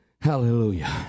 Hallelujah